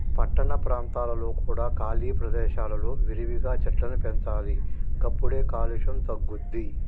పట్టణ ప్రాంతాలలో కూడా ఖాళీ ప్రదేశాలలో విరివిగా చెట్లను పెంచాలి గప్పుడే కాలుష్యం తగ్గుద్ది